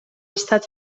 estat